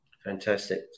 Fantastic